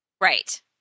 Right